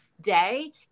day